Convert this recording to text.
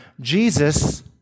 Jesus